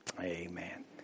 Amen